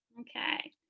Okay